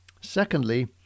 Secondly